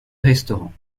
restaurant